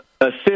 assist